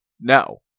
No